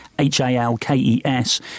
H-A-L-K-E-S